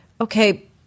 okay